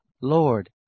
Lord